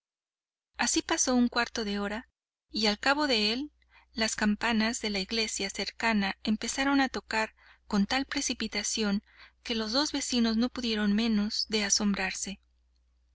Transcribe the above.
así pasó un cuarto de hora y al cabo de él las campanas de la iglesia cercana empezaron a tocar con tal precipitación que los dos vecinos no pudieron menos de asombrarse